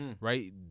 right